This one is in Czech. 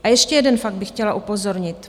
A ještě na jeden fakt bych chtěla upozornit.